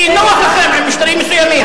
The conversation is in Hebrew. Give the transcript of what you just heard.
כי נוח לכם עם משטרים מסוימים.